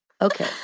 Okay